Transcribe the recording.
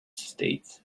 states